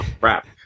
Crap